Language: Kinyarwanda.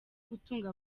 gutunga